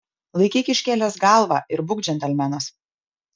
laikyk iškėlęs galvą ir būk džentelmenas